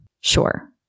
Sure